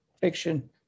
fiction